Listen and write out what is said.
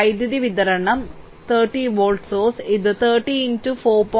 വൈദ്യുതി വിതരണം 30 volt source ഇത് 30 4